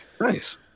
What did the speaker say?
Nice